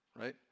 right